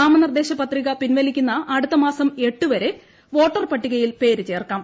നാമനിർദേശ പത്രിക പിൻവലിക്കുന്ന അടുത്ത മാസം എട്ട് വരെ വോട്ടർ പട്ടികയിൽ പേര് ചേർക്കാം